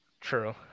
True